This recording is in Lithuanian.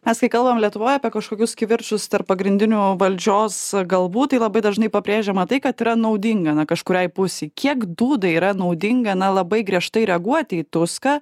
mes kai kalbam lietuvoj apie kažkokius kivirčus tarp pagrindinių valdžios galvų tai labai dažnai pabrėžiama tai kad yra naudinga na kažkuriai pusei kiek dūdai yra naudinga na labai griežtai reaguoti į tuską